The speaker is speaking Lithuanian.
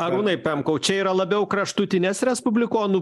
arūnai pemkau čia yra labiau kraštutinės respublikonų